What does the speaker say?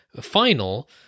final